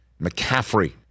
McCaffrey